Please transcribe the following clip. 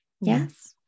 Yes